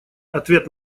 ответ